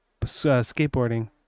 skateboarding